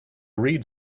read